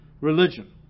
religion